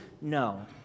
no